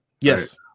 Yes